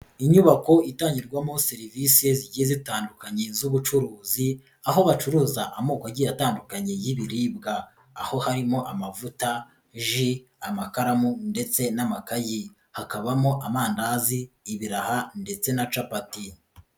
Inyubako itangirwamo serivisi zigiye zitandukanye z'ubucuruzi, aho bacuruza amoko agiye atandukanye y'ibiribwa. Aho harimo amavuta, ji, amakaramu ndetse n'amakayi. Hakabamo amandazi, ibiraha ndetse na capati.